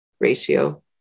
ratio